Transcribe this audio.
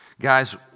Guys